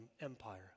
Empire